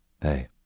Hey